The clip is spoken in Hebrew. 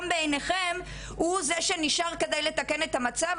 בעיניכם הוא זה שנשאר כדי לתקן את המצב.